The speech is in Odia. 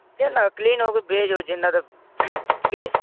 ଯେନ୍ଟା ହଉ କ୍ଲିନ୍ ହଉ କି ଭେଜ୍ ହଉ ଯେନ୍ଟା ତ କ୍ଲିନ୍